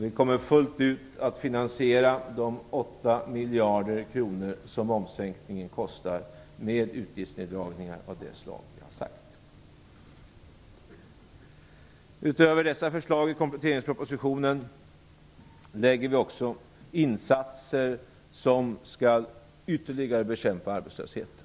Vi kommer fullt ut att finansiera de 8 miljarder kronor som momssänkningen kostar med utgiftsneddragningar av det slag som vi har angett. Utöver dessa förslag i kompletteringspropositionen lägger vi också fram förslag om insatser som ytterligare skall bekämpa arbetslösheten.